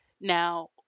Now